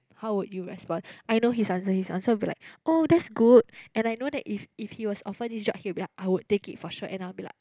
how would you respond I know his answer his answer will be like oh that's good and I know that if if he was offered this job he will be like I would take it for sure and I will be like